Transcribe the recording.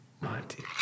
Monty